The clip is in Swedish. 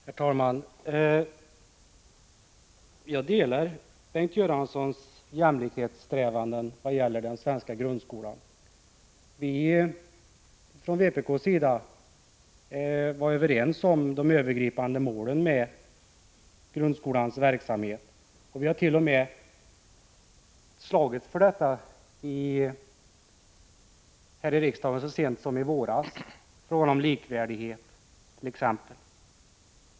Herr talman! Jag delar Bengt Göranssons jämlikhetssträvanden när det gäller den svenska grundskolan. Från vpk:s sida var vi överens med regeringen om de övergripande målen för grundskolans verksamhet. Vi har t.o.m. slagits för dessa här i riksdagen så sent som i våras, t.ex. i fråga om likvärdighet.